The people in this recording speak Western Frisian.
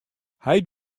heit